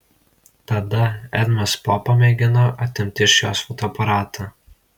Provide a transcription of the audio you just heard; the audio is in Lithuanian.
tada edmas popa mėgino atimti iš jos fotoaparatą